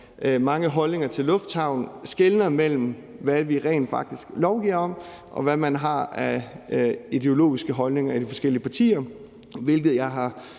mange holdninger til lufthavne skelner mellem, hvad vi rent faktisk lovgiver om, og hvad man har af ideologiske holdninger i de forskellige partier, hvilket jeg har